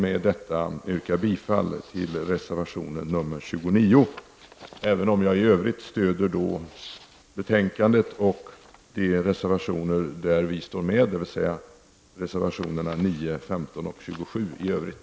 Med detta yrkar jag bifall till reservation 29, även om jag i övrigt stödjer hemställan i betänkandet och de reservationer där vi står med, dvs.